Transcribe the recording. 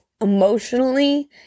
emotionally